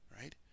right